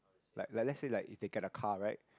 like like let's like is they get a car right